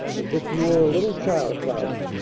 as if you were a little child, cloudy!